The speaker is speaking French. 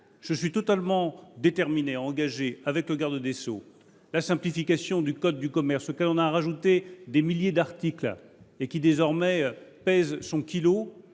Je suis totalement déterminé à engager, avec le garde des sceaux, la simplification du code de commerce, auquel on a ajouté des milliers d’articles et qui désormais pèse son kilo